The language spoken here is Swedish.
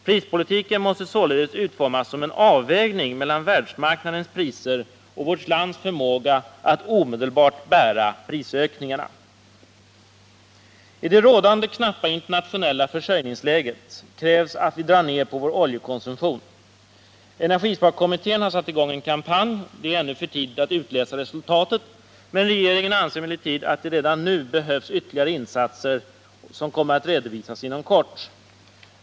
Prispolitiken måste således utformas som en avvägning mellan världsmarknadens priser och vårt lands förmåga att omedelbart bära prisökningarna. I det rådande knappa internationella försörjningsläget krävs att vi drar ned på våroljekonsumtion. Energisparkommittén har satt i gång en kampanj. Det är ännu för tidigt att utläsa resultat. Regeringen anser emellertid att det redan nu behövs ytterligare insatser som kommer att redovisas inom kort.